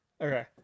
Okay